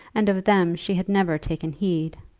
and of them she had never taken heed,